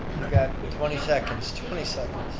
got twenty seconds, twenty seconds.